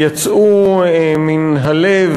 יצאו מן הלב,